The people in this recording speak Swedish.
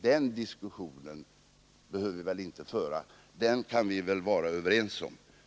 Den saken kan vi väl vara överens om.